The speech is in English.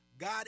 God